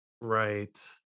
Right